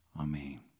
Amen